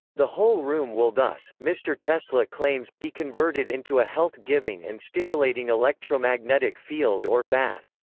the whole room will thus, mr. tesla claims, be converted into a health-giving and stimulating electromagnetic field or bath.